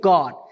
God